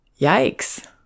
Yikes